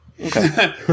Okay